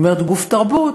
כשאני אומרת "גוף תרבות",